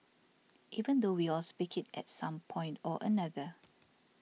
even though we all speak it at some point or another